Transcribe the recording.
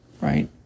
Right